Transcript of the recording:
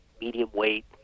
medium-weight